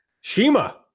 Shima